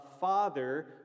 father